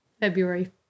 february